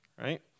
right